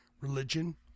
religion